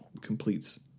completes